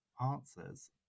answers